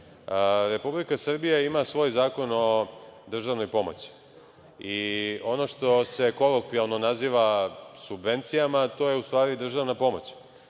javnosti. Republika Srbija ima svoj Zakon o državnoj pomoći i ono što se kolokvijalno naziva subvencijama, to je u stvari državna pomoć.